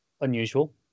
unusual